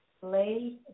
play